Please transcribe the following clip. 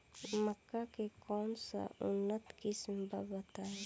मक्का के कौन सा उन्नत किस्म बा बताई?